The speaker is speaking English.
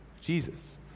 Jesus